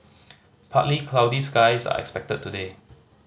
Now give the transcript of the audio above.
partly cloudy skies are expected today